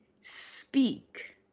speak